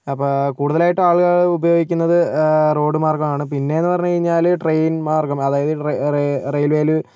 അപ്പോൾ കൂടുതലായിട്ട് ആളുകൾ ഉപയോഗിക്കുന്നത് റോഡ് മാര്ഗ്ഗമാണ് പിന്നെയെന്നു പറഞ്ഞു കഴിഞ്ഞാൽ ട്രെയിന് മാര്ഗ്ഗം അതായത് റെയില് വെയിൽ